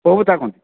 ପୋବୋତା କହନ୍ତି